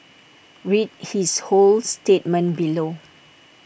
read his whole statement below